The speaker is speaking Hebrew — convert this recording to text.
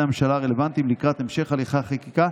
הממשלה הרלוונטיים לקראת המשך הליכי החקיקה